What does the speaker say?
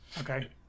Okay